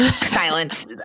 silence